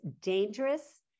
dangerous